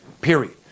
Period